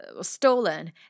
stolen